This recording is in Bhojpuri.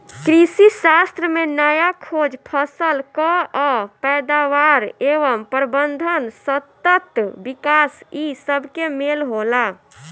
कृषिशास्त्र में नया खोज, फसल कअ पैदावार एवं प्रबंधन, सतत विकास इ सबके मेल होला